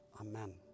Amen